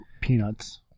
Peanuts